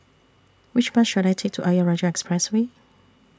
Which Bus should I Take to Ayer Rajah Expressway